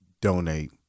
donate